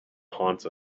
haunts